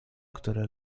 które